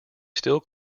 still